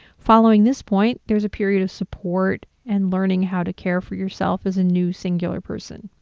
following this point, there's a period of support and learning how to care for yourself as a new singular person.